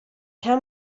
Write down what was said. can